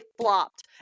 flopped